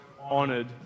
honoured